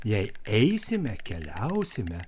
jei eisime keliausime